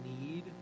need